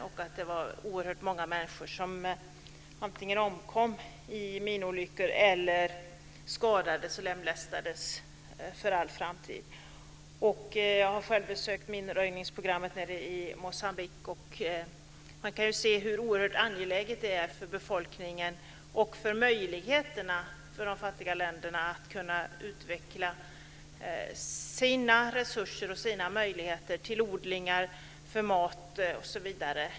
Oerhört många människor antingen omkom i minolyckor eller blev skadade och lemlästade för all framtid. Jag har själv besökt minröjningsprogrammet i Moçambique. Där går att se hur oerhört angeläget det är för befolkningarna i de fattiga länderna att få möjlighet till att utveckla resurser och odlingar för mat osv.